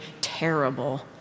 terrible